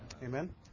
Amen